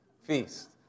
feast